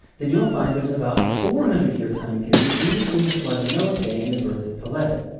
then you'll find there's about a four hundred year time period in between the flood and noah's day, and the birth of peleg.